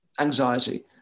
anxiety